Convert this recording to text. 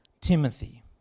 Timothy